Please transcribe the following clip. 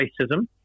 racism